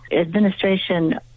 administration